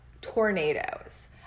tornadoes